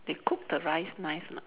cook the rice nice or not